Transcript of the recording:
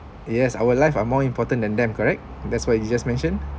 yes our live are more important than them correct that's what you just mentioned